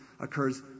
occurs